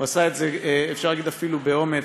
הוא עשה את זה, אפשר להגיד, אפילו באומץ.